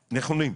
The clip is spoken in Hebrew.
נכונים,